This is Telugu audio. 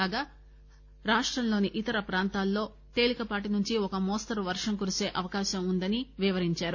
కాగా రాష్టంలోని ఇతర ప్రాంతాల్లో తేలికపాటి నుంచి ఒక మోస్తరు వర్షం కురిసే అవకాశం ఉందని వివరించారు